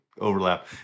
overlap